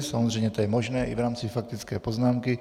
Samozřejmě je to možné i v rámci faktické poznámky.